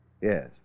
Yes